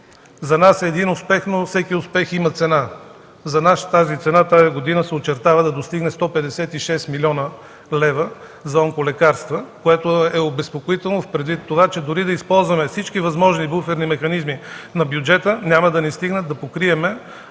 за нас е един успех, но всеки успех има цена. За нас тази цена тази година се очертава да достигне 156 млн. лв. за онколекарства, което е обезпокоително предвид това, че дори да използваме всички възможни буферни механизми на бюджета, няма да ни стигнат да покрием